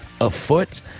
afoot